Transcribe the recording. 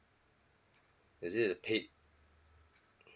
is it a paid